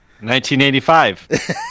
1985